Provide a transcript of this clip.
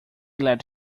let